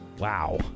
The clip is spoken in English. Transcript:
Wow